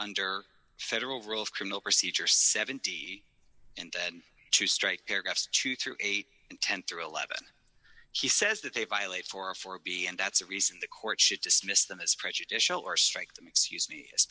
under federal rule of criminal procedure seventy and to strike paragraphs to through eight and ten through eleven he says that they violate for a for b and that's a reason the court should dismiss them as prejudicial or strike them excuse me as